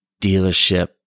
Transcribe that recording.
dealership